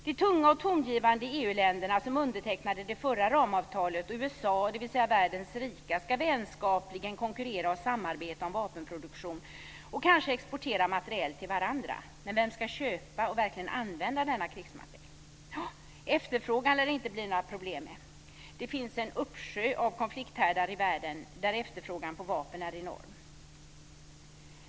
De tunga och tongivande EU-länderna som undertecknade det förra ramavtalet och USA - dvs. världens rika länder - ska vänskapligen konkurrera och samarbeta om vapenproduktion och kanske exportera materiel till varandra. Men vem ska köpa och verkligen använda denna krigsmateriel? Ja, efterfrågan lär det inte bli några problem med. Det finns en uppsjö av konflikthärdar i världen där efterfrågan på vapen är enorm.